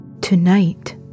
Tonight